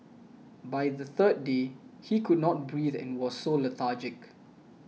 by the third day he could not breathe and was so lethargic